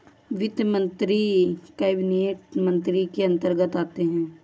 वित्त मंत्री कैबिनेट मंत्री के अंतर्गत आते है